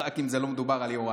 רק אם לא מדובר על יוראי.